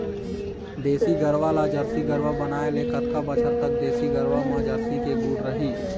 देसी गरवा ला जरसी गरवा बनाए ले कतका बछर तक देसी गरवा मा जरसी के गुण रही?